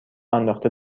انداخته